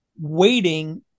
waiting